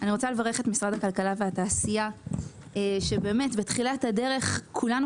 אני רוצה לברך את משרד הכלכלה והתעשייה שבתחילת הדרך כולנו